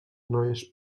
noies